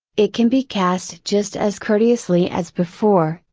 it can be cast just as courteously as before,